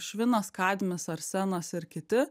švinas kadmis arsenas ir kiti